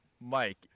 Mike